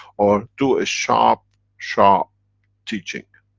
or do a sharp, sharp teaching.